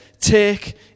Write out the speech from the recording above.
Take